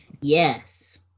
Yes